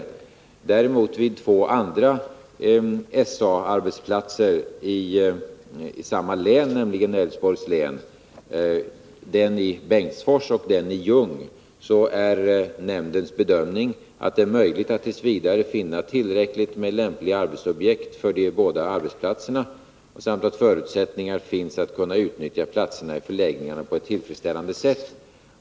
När det däremot gäller två andra SA-arbetsplatser i samma län, dvs. Älvsborgs län — det är arbetsplatserna i Bengtsfors och i Ljung — är nämndens bedömning att ”det är möjligt att t. v. finna tillräckligt med lämpliga arbetsobjekt för de båda arbetsplatserna samt att förutsättningar finns att kunna utnyttja platserna i förläggningarna på ett tillfredsställande sätt”.